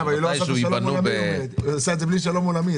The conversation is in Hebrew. אבל היא עושה את זה בלי שלום עולמי.